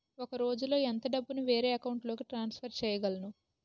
ఒక రోజులో ఎంత డబ్బుని వేరే అకౌంట్ లోకి ట్రాన్సఫర్ చేయగలను?